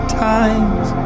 times